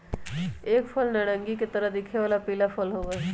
एक फल नारंगी के तरह दिखे वाला पीला फल होबा हई